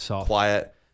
quiet